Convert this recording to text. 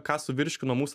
ką suvirškino mūsų